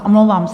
Omlouvám se.